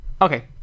okay